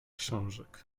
książek